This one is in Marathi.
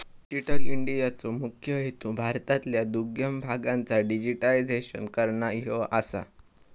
डिजिटल इंडियाचो मुख्य हेतू भारतातल्या दुर्गम भागांचा डिजिटायझेशन करना ह्यो आसा